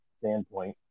standpoint